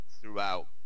throughout